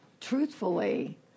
truthfully